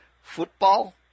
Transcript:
football